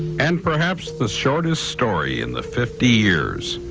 and perhaps the shortest story in the fifty years.